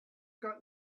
have